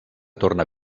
torna